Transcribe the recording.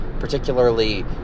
particularly